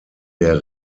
der